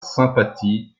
sympathie